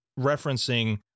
referencing